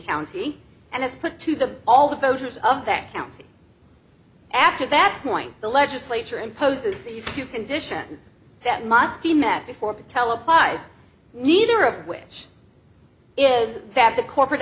county and it's put to the all the voters of that county after that point the legislature imposes these two conditions that must be met before patel applies neither of which is that the corporate